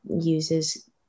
uses